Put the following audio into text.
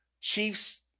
Chiefs